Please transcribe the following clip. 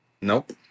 Nope